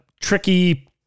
tricky